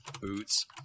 boots